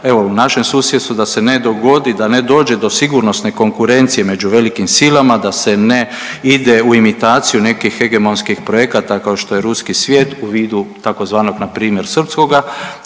evo u našem susjedstvu da se ne dogodi da ne dođe do sigurnosne konkurencije među velikim silama, da se ne ide u imitaciju nekih hegemonskih projekata kao što je ruski svijet u vidu tzv. na primjer srpskoga